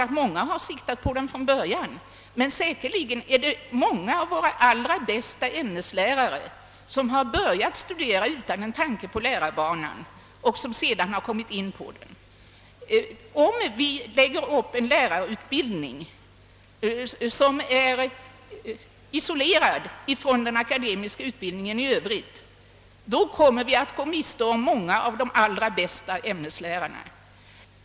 Naturligtvis har många siktat på den redan från början, men säkerligen har en hel del av våra allra bästa ämneslärare börjat studera utan en tanke på att ägna sig åt lärarkallet. Om vi lägger upp en lärarutbildning som är isolerad från den akademiska utbildningen i övrigt kommer vi att gå miste om många av de allra bästa ämneslärarna.